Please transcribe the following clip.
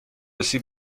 سیب